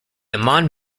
amman